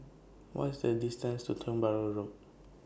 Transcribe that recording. What IS The distance to Tiong Bahru Road